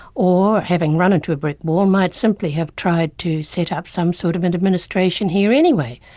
or having run into a brick wall, might simply have tried to set up some sort of an administration here anyway,